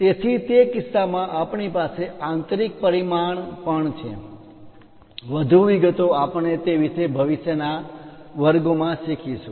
તેથી તે કિસ્સામાં આપણી પાસે આંતરિક પરિમાણ પણ છે વધુ વિગતો આપણે તે વિશે ભવિષ્યના વર્ગોમાં શીખીશું